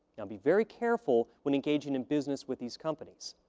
um be very careful when engaging in business with these companies.